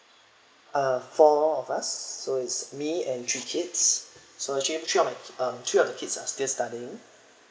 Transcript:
uh four of us so it's me and three kids so actually three of um three of the kids are still studying